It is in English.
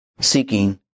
seeking